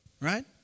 Right